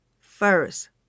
first